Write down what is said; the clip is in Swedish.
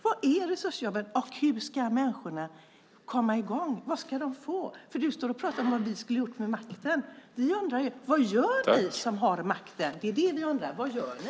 Var är resursjobben, och hur ska människorna komma i gång? Vad ska de få? Du står och pratar om att vi skulle upp med makten. Vi undrar: Vad gör ni som har makten? Det är det vi undrar. Vad gör ni?